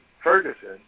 Ferguson